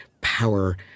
power